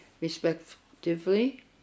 respectively